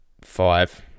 five